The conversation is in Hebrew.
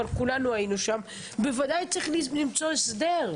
אבל כולנו היינו שם - בוודאי צריך למצוא הסדר.